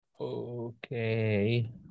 Okay